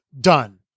done